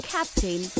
Captain